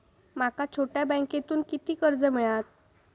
माका छोट्या बँकेतून किती कर्ज मिळात?